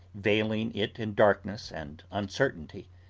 veiling it in darkness and uncertainty,